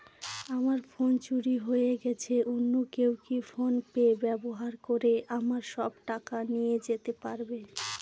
আমার ফোন চুরি হয়ে গেলে অন্য কেউ কি ফোন পে ব্যবহার করে আমার সব টাকা নিয়ে নিতে পারবে?